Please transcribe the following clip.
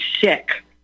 sick